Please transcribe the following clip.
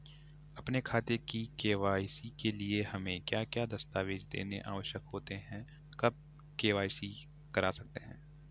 अपने खाते की के.वाई.सी के लिए हमें क्या क्या दस्तावेज़ देने आवश्यक होते हैं कब के.वाई.सी करा सकते हैं?